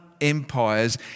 empires